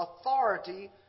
authority